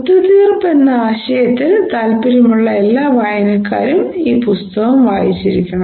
ഒത്തുതീർപ്പ് എന്ന ആശയത്തിൽ താൽപ്പര്യമുള്ള എല്ലാ വായനക്കാരും ഈ പുസ്തകം വായിച്ചിരിക്കണം